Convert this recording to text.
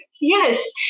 Yes